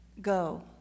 go